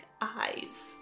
eyes